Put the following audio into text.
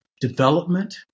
development